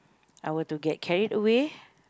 I were to get carried away